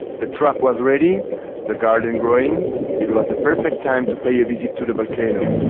the trap was ready the garden growing it was the perfect time to pay a visit to the volcano